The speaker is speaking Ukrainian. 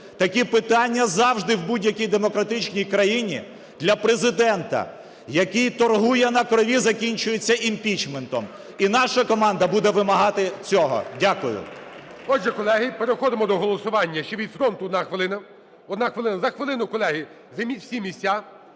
такі питання завжди в будь-якій демократичній країні для Президента, який торгує на крові, закінчуються імпічментом, і наша команда буде вимагати цього. Дякую. ГОЛОВУЮЧИЙ. Отже, колеги, переходимо до голосування. Ще від "Фронту" одна хвилина, одна хвилина. За хвилину, колеги, займіть